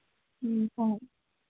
ꯎꯝ ꯍꯣꯏ